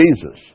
Jesus